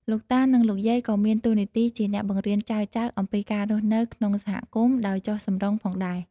លោកតា និងលោកយាយក៏មានតួនាទីជាអ្នកបង្រៀនចៅៗអំពីការរស់នៅក្នុងសហគមន៍ដោយចុះសម្រុងផងដែរ។